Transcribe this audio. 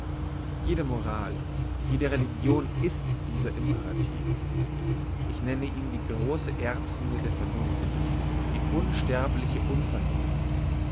jede moral jede religion ist dieser imperativ ich nenne ihn die grosse erbsünde der vernunft die unsterbliche unvernunft